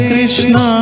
Krishna